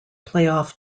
playoff